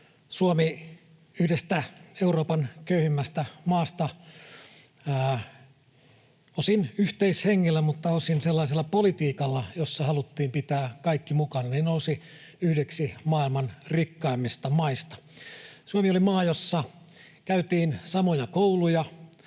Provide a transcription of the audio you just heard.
Suomi yhdestä Euroopan köyhimmistä maista osin yhteishengellä mutta osin sellaisella politiikalla, jossa haluttiin pitää kaikki mukana, nousi yhdeksi maailman rikkaimmista maista. Suomi oli maa, jossa käytiin samoja kouluja,